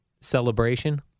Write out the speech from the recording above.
celebration